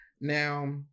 Now